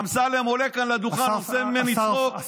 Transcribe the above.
אמסלם עולה כאן לדוכן, עושה ממני צחוק, תיכנסו בו.